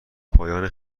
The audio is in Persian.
پایان